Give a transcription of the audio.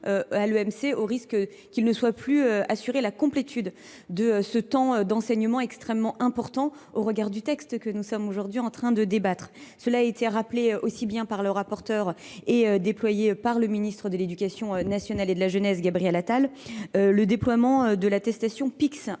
à l'EMC au risque qu'il ne soit plus assuré la complétude. de ce temps d'enseignement extrêmement important au regard du texte que nous sommes aujourd'hui en train de débattre. Cela a été rappelé aussi bien par le rapporteur et déployé par le ministre de l'Éducation nationale et de la Jeunesse, Gabriel Attal, le déploiement de l'attestation PIX